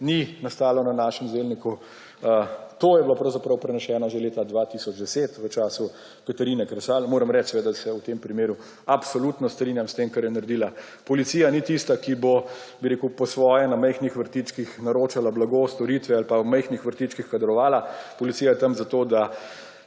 ni nastalo na našem zelniku. To je bilo pravzaprav prenešeno že leta 2010, v času Katarine Kresal. Moram reči, da se seveda v tem primeru absolutno strinjam s tem, kar je naredila. Policija ni tista, ki bo, bi rekel, po svoje, na majhnih vrtičkih naročala blago, storitve ali pa v majhnih vrtičkih kadrovala. Policija je tam zato, da